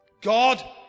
God